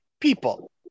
people